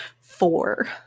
Four